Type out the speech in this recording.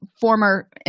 former